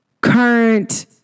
current